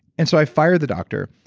and so i fired the doctor.